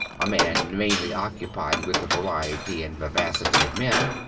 a man mainly occupied with the variety and vivacity of men.